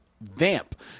Vamp